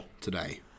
today